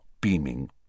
beaming